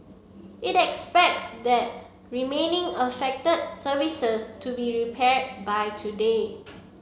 it expects the remaining affected services to be repaired by today